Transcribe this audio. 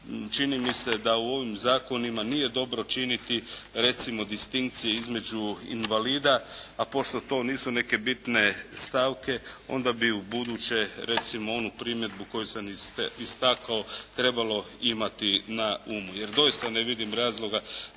čini mi se da u ovim zakonima nije dobro činiti recimo distinkcije između invalida, a pošto to nisu neke bitne stavke onda bi u buduće recimo onu primjedbu koju sam istakao jer doista ne vidim razloga